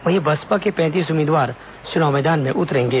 वहीं बसपा के पैंतीस उम्मीदवार चुनाव मैदान में उतरेंगे